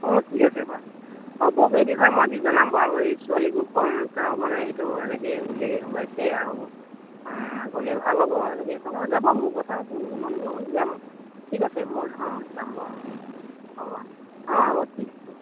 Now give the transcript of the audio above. অঁ ঠিক আছে বাৰু অঁ বৌক এই বিষয়ে মই আজি জনাম বাৰু এই ছোৱালীকো ক'ম তাৰমানে এইটো এনেকৈয়ে বুলিয়েই ওলাইছে আৰু গ'লে ভাল হ'ব এনেকৈ ক'ম যাব মোৰ কথা ক'লেতো মানি ল'ব যাম ঠিক আছে মই অঁ যাম বাৰু অঁ হ'ব অঁ অঁ হ'ব ঠিক আছে হ'ব